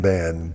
Band